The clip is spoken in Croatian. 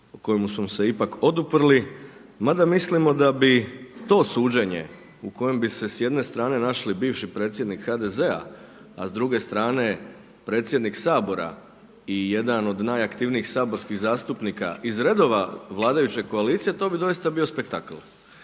kojemu smo se ipak oduprli, mada mislimo da bi to suđenje u kojem bi se s jedne strane našli bivši predsjednik HDZ-a, a s druge strane predsjednik Sabora i jedan od najaktivnijih saborskih zastupnika iz redova vladajuće koalicije, to bi doista bio spektakl.